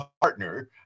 partner